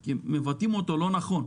כי מבטאים אותו לא נכון,